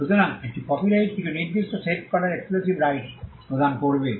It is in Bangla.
সুতরাং একটি কপিরাইট কিছু নির্দিষ্ট সেট করার এক্সক্লুসিভ রাইটস প্রদান করবে